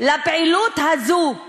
לפעילות הזאת,